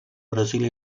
brasil